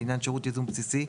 לעניין שירות ייזום בסיסי,